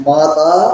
Mata